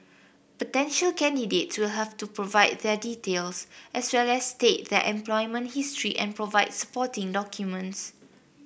potential candidates will have to provide their details as well as state their employment history and provide supporting documents